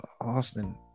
austin